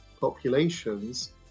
populations